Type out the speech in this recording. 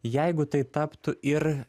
jeigu tai taptų ir